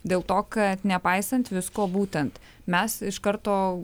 dėl to kad nepaisant visko būtent mes iš karto